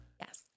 yes